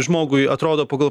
žmogui atrodo pagal